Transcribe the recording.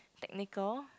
technical